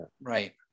right